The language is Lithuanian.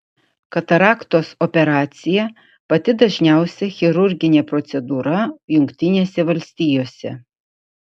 kataraktos operacija pati dažniausia chirurginė procedūra jungtinėse valstijose